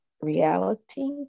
reality